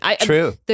True